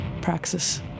Praxis